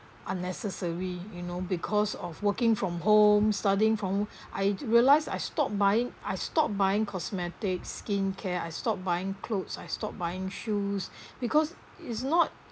unnecessary you know because of working from home studying from I realised I stopped buying I stopped buying cosmetics skin care I stopped buying clothes I stopped buying shoes because is not